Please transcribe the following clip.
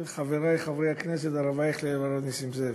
חברי חברי הכנסת, הרב אייכלר, הרב נסים זאב,